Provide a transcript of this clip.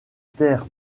taire